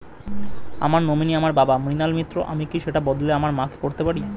আমার নমিনি আমার বাবা, মৃণাল মিত্র, আমি কি সেটা বদলে আমার মা কে করতে পারি?